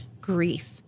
grief